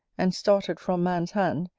and started from man's hand,